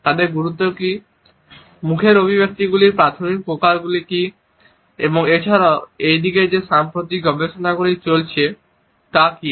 তাদের গুরুত্ব কী মুখের অভিব্যক্তিগুলির প্রাথমিক প্রকারগুলি কী এবং এছাড়াও এই দিকে যে সাম্প্রতিক গবেষণা চলছে তা কী